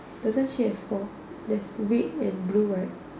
doesn't she have four there's red and blue right